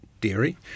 dairy